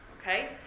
okay